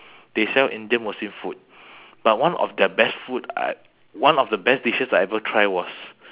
they sell indian muslim food but one of their best food I one of the best dishes I ever try was